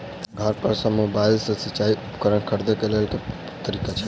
घर पर सऽ मोबाइल सऽ सिचाई उपकरण खरीदे केँ लेल केँ तरीका छैय?